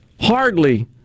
hardly